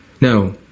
No